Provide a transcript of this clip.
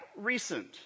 recent